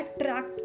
attract